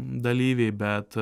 dalyviai bet